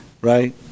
right